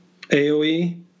AOE